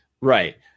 Right